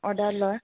order লয়